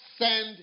send